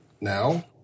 now